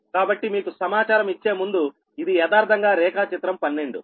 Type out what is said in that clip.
కాబట్టి మీకు సమాచారం ఇచ్చే ముందు ఇది యదార్థంగా రేఖాచిత్రం 12